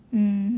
mm